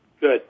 Good